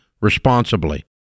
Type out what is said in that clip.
responsibly